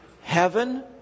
heaven